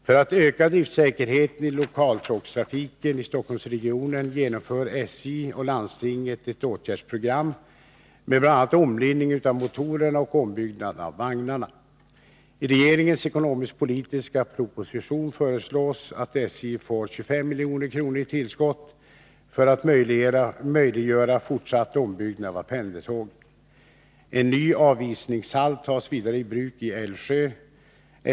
— För att öka driftsäkerheten i lokaltågstrafiken i Stockholmsregionen genomför SJ och landstinget ett åtgärdsprogram med bl.a. omlindning av motorerna och ombyggnad av vagnarna. I regeringens ekonomisk-politiska proposition föreslås att SJ får 25 milj.kr. i tillskott för att möjliggöra fortsatt ombyggnad av pendeltågen. En ny avisningshall tas vidare i bruk i Älvsjö.